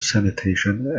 sanitation